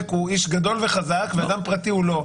הוא איש גדול וחזק ואדם פרטי הוא לא.